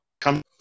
come